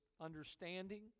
understanding